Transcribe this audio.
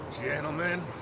Gentlemen